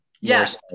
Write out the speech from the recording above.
Yes